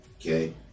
Okay